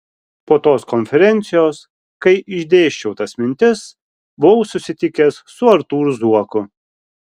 po tos konferencijos kai išdėsčiau tas mintis buvau susitikęs su artūru zuoku